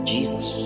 Jesus